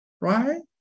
Right